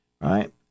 right